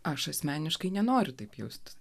aš asmeniškai nenoriu taip jausti